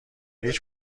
هیچ